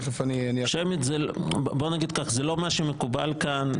שמית זה לא מה שמקובל כאן.